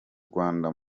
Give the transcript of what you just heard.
rwanda